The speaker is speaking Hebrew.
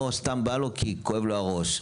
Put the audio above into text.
או סתם בא לו כי כואב לו הראש.